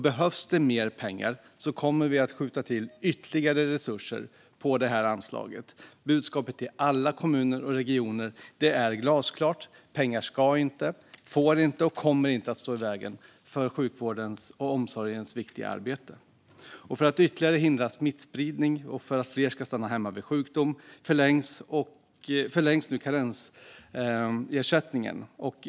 Behövs det mer pengar kommer vi också att skjuta till ytterligare resurser på det här anslaget. Budskapet till alla kommuner och regioner är glasklart: Pengar ska inte, får inte och kommer inte att stå i vägen för sjukvårdens och omsorgens viktiga arbete. För att ytterligare hindra smittspridning och för att fler ska stanna hemma vid sjukdom förlängs nu karensersättningen.